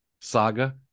saga